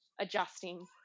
adjusting